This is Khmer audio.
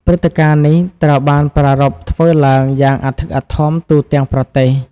ព្រឹត្តិការណ៍នេះត្រូវបានប្រារព្ធធ្វើឡើងយ៉ាងអធិកអធមទូទាំងប្រទេស។